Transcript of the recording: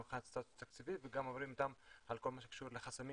גם מבחינת סטטוס תקציבי וגם עוברים איתם על כל מה שקשור לחסמים